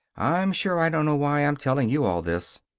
i'm sure i don't know why i'm telling you all this.